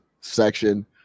section